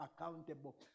accountable